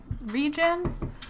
region